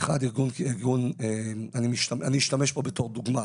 ואני אשתמש פה בדוגמה,